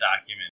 document